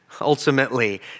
ultimately